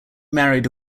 married